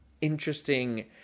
interesting –